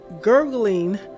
gurgling